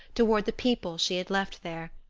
toward the people she had left there.